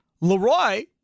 Leroy